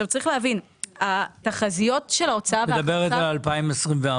את מדברת על 2024?